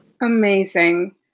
Amazing